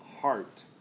heart